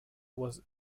was